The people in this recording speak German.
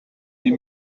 wie